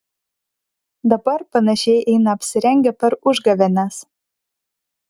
dabar panašiai eina apsirengę per užgavėnes